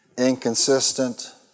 inconsistent